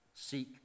seek